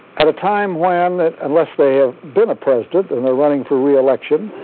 at a time when, unless they have been a president and are running for reelection,